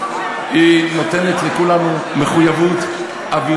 היא נותנת לכולנו מחויבות, אדוני השר, מה קורה?